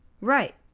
Right